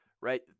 right